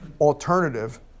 alternative